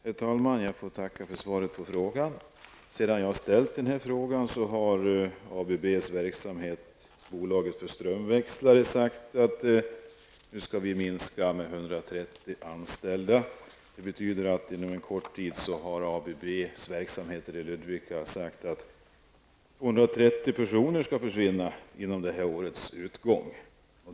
Herr talman! Jag får tacka för svaret på frågan. Sedan jag har ställt frågan har man från ABBs verksamhet avseende strömväxlare sagt att man skall minska personalen med 130 anställda. Det betyder att man från ABBs verksamheter i Ludvika har sagt att 230 anställda skall försvinna före årets slut.